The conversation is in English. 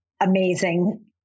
amazing